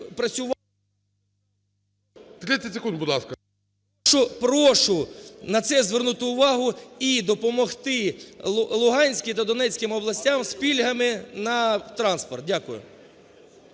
Прошу на це звернути увагу і допомогти Луганській та Донецькій областям з пільгами на транспорт. Дякую.